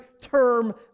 term